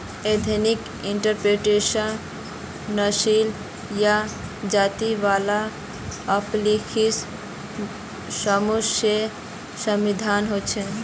ethnic entrepreneurship नस्ली या जाती वाला अल्पसंख्यक समूह से सम्बंधित होछे